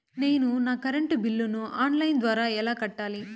నేను నా కరెంటు బిల్లును ఆన్ లైను ద్వారా ఎలా కట్టాలి?